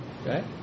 Okay